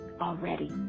already